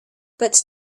but